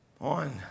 On